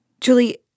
Julie